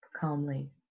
calmly